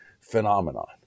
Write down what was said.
phenomenon